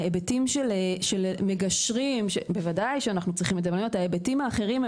ההיבטים של מגשרים וההיבטים האחרים,